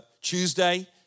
Tuesday